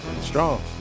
Strong